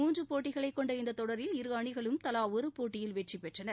மூன்று போட்டிகளை கொண்ட இந்தத் தொடரில் இருஅணிகளும் தலா ஒரு போட்டியில் வெற்றி பெற்றன